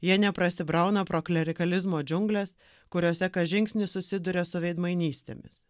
jie neprasibrauna pro klerikalizmo džiungles kuriose kas žingsnis susiduria su veidmainystėmis